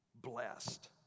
blessed